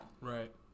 Right